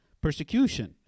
persecution